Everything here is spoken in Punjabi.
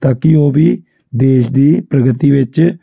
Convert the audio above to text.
ਤਾਂ ਕਿ ਉਹ ਵੀ ਦੇਸ਼ ਦੀ ਪ੍ਰਗਤੀ ਵਿੱਚ